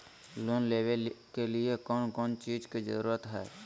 Loan लेबे के लिए कौन कौन चीज के जरूरत है?